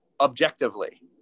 objectively